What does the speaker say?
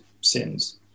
sins